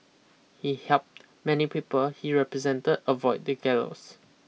he helped many people he represent avoid the gallows